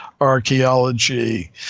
archaeology